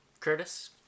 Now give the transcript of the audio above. Curtis